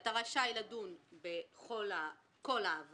אתה רשאי לדון בכל העברה,